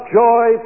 joy